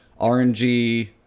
RNG